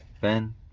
Ben